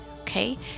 okay